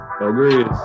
Agrees